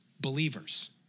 believers